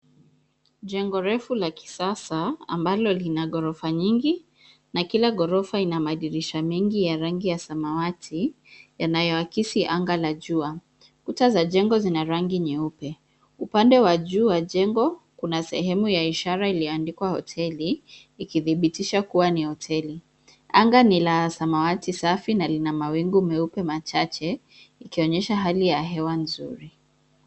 Jengo refu la kisasa ambalo lina ghorofa nyingi na kila ghorofa ina madirisha mengi ya rangi ya samawati yanayoakisi anga la jua. Kuta za jengo zina rangi nyeupe. Upande wa juu wa jengo kuna sehemu ya ishara iliyoandikwa hoteli, ikithibitisha kuwa ni hoteli. Anga ni la samawati safi na lina mawingu meupe machache, ikionyesha hali ya hewa nzuri.